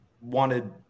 wanted